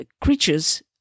creatures